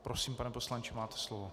Prosím, pane poslanče, máte slovo.